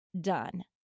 done